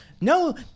no